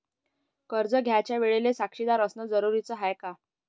कर्ज घ्यायच्या वेळेले साक्षीदार असनं जरुरीच हाय का?